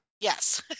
yes